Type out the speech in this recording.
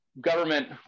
government